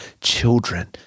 children